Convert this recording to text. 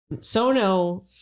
sono